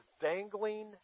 dangling